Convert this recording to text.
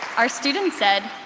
our student said,